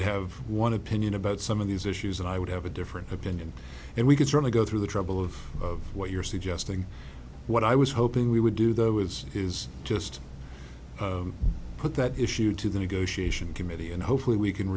have one opinion about some of these issues and i would have a different opinion and we could certainly go through the trouble of what you're suggesting what i was hoping we would do though is is just put that issue to the negotiation committee and hopefully we can